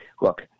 look